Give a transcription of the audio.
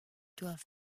doivent